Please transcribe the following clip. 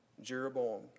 Jeroboam